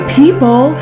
people